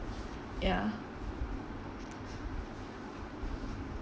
ya